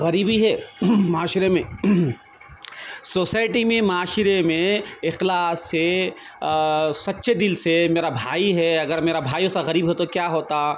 غریبی ہے معاشرے میں سوسائٹی ميں معاشرے ميں اخلاص سے سچّے دل سے ميرا بھائى ہے اگر میرا بھائی ایسا غریب ہے تو کیا ہوتا